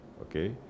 okay